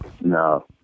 No